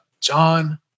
John